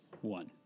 one